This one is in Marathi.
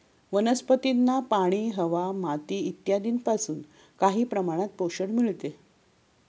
वनस्पतींना पाणी, हवा, माती इत्यादींपासून काही प्रमाणात पोषण मिळते